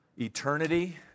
eternity